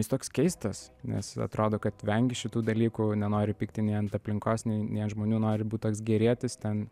jis toks keistas nes atrodo kad vengi šitų dalykų nenori pykti nei ant aplinkos nei nei ant žmonių nori būt toks gerietis ten